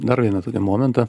dar vieną tokį momentą